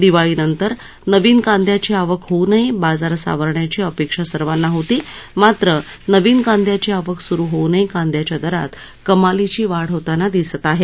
दिवाळीनंतर नवीन कांदयाची आवक होऊनही बाजार सावरण्याची अपेक्षा सर्वाना होती मात्र नवीन कांद्याची आवक सुरू होऊनही कांद्याच्या दरात कमालीची वाढ होताना दिसत आहे